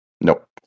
Nope